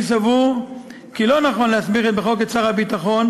אני סבור כי לא נכון להסמיך בחוק את שר הביטחון